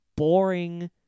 Boring